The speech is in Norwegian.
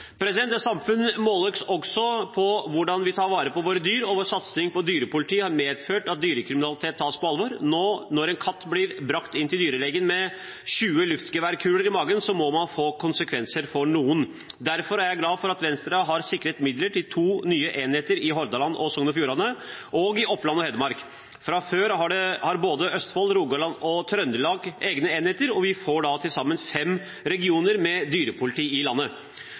Et samfunn måles også på hvordan vi tar vare på våre dyr, og vår satsing på dyrepoliti har medført at dyrekriminalitet tas på alvor. Når en katt blir brakt inn til dyrlegen med 20 luftgeværkuler i magen, må det få konsekvenser for noen. Derfor er jeg glad for at Venstre har sikret midler til to nye enheter, i Hordaland og Sogn og Fjordane og i Oppland og Hedmark. Fra før har både Østfold, Rogaland og Trøndelag egne enheter, og vi får da til sammen fem regioner med dyrepoliti i landet.